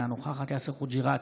אינה נוכחת יאסר חוג'יראת,